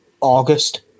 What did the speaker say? August